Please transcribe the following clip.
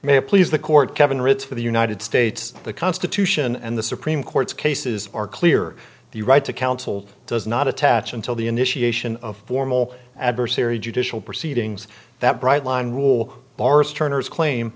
may please the court kevin ritz for the united states the constitution and the supreme court's cases are clear the right to counsel does not attach until the initiation of formal adversary judicial proceedings that bright line rule bars turner's claim